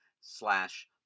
slash